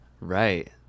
Right